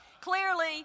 Clearly